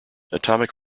atomic